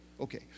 Okay